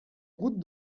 route